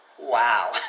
Wow